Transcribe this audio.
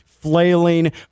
flailing